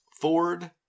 Ford